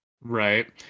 Right